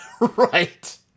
Right